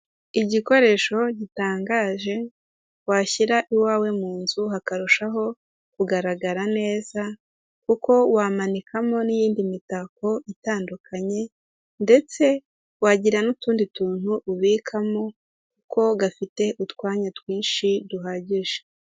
Igikoresho gitangaje washyira iwawe mu nzu hakarushaho kugaragara neza kuko wamanikamo n'iyinindi mitako itandukanye ndetse wagira n'utundi tuntu ubikamo ko gafite utwanya twinshi duhagije.